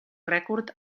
rècord